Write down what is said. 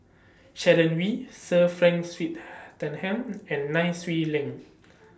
Sharon Wee Sir Frank and Nai Swee Leng